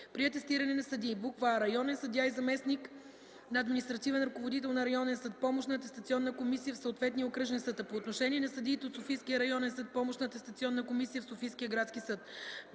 при атестиране на съдии: а) районен съдия и заместник на административен ръководител на районен съд – помощна атестационна комисия в съответния Окръжен съд, а по отношение на съдиите от Софийския районен съд – помощна атестационна комисия в Софийския градски съд;